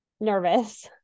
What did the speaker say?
nervous